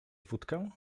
wódkę